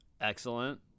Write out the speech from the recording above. excellent